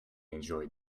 enjoy